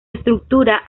estructura